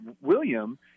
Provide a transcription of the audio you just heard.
William